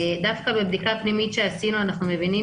דווקא בבדיקת פנימית שעשינו אנחנו מבינים